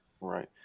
Right